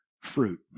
fruit